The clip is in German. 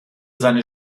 seine